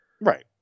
Right